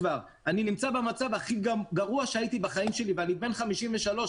אני נמצא במצב הכי גרוע שהייתי בחיים שלי ואני בן 53,